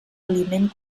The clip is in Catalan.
aliment